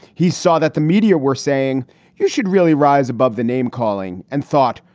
he saw that the media were saying you should really rise above the name calling and thought,